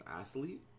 athlete